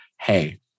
hey